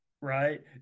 right